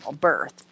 birth